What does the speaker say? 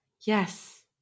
yes